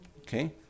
Okay